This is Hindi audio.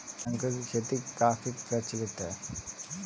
शंख की खेती काफी प्रचलित है